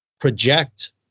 project